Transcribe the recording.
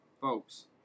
folks